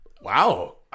Wow